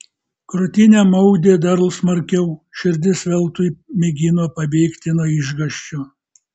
krūtinę maudė dar smarkiau širdis veltui mėgino pabėgti nuo išgąsčio